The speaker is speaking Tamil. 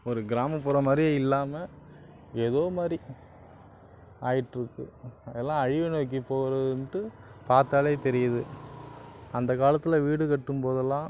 ஒரு கிராமப்புறம் மாதிரி இல்லாமல் ஏதோ மாதிரி ஆயிட்ருக்குது அதெலாம் அழிவை நோக்கி போறதுன்ட்டு பார்த்தாலே தெரியுது அந்த காலத்தில் வீடு கட்டும்போதெல்லாம்